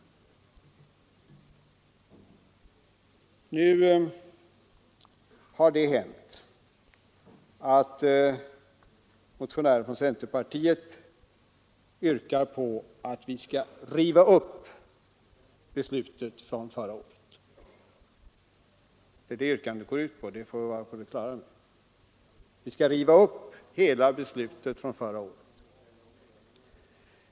Motionärer från centerpartiet yrkar nu på att vi skall riva upp hela beslutet från förra året. Det är detta yrkandet går ut på — det skall vi vara på det klara med.